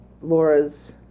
Laura's